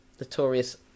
notorious